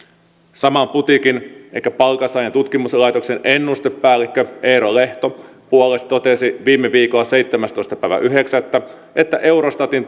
saman putiikin elikkä palkansaajan tutkimuslaitoksen ennustepäällikkö eero lehto puolestaan totesi viime viikolla seitsemästoista yhdeksättä että eurostatin